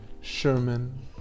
Sherman